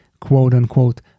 quote-unquote